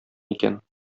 икән